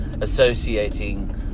associating